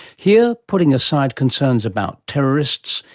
here, putting aside concerns about terrorists,